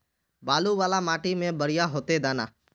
बालू वाला माटी में बढ़िया होते दाना?